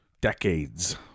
decades